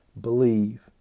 believe